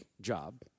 job